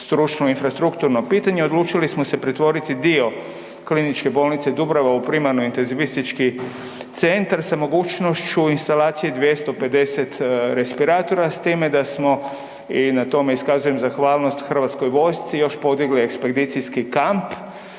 stručno infrastrukturno pitanje odlučili smo se pretvoriti dio KBC Dubrava u primarno intenzivistički centar sa mogućnošću instalacije 250 respiratora s time da smo, i na tome iskazujem zahvalnost HV-u i još podigli ekspedicijski kamp